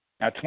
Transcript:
Now